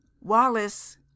wallace